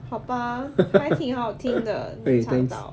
好吧还挺好听的你唱到